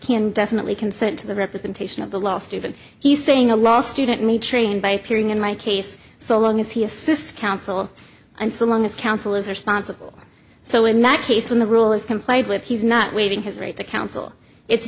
can definitely consent to the representation of the law student he's saying a law student me trained by appearing in my case so long as he assist counsel and so long as counsel is responsible so in that case when the rule is complied with he's not waiving his right to counsel it's